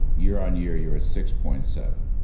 year-on-year you're at six point seven.